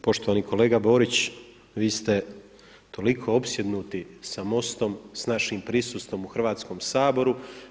Poštovani kolega Borić, vi ste toliko opsjednuti sa MOST-om, sa našim prisustvom u Hrvatskom saboru.